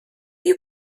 you